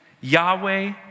Yahweh